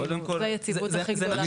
זו היציבות הכי גדולה.